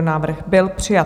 Návrh byl přijat.